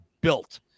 built